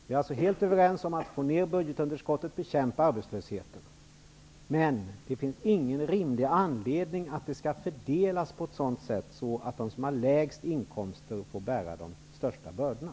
Vi är alltså helt överens om att vi skall minska budgetunderskottet och bekämpa arbetslösheten, men det finns ingen rimlig anledning att det skall fördelas på ett sådant sätt att de som har de lägsta inkomsterna får bära de största bördorna.